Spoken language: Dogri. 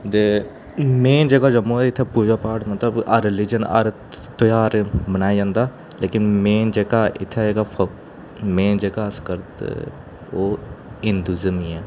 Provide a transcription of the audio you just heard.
ते मेन जगह् जम्मू ऐ ते इ'त्थें पूजा पाठ मतलब हर रिलिजन हर ध्यार मनाया जंदा लेकिन मेन जेह्का इ'त्थें जेह्का मेन जेह्का अस करदे ओह् हिंदूज़्म ई ऐ